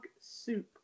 soup